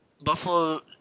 Buffalo